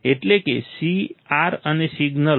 એટલે કે C R અને સિગ્નલ